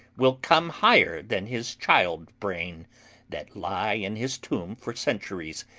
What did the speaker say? will come higher than his child-brain that lie in his tomb for centuries,